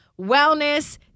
wellness